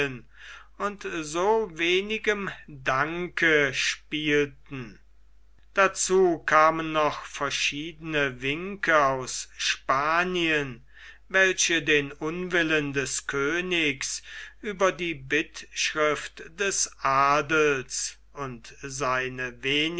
und so wenigem danke spielten dazu kamen noch verschiedene winke aus spanien welche den unwillen des königs über die bittschrift des adels und seine